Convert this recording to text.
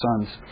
sons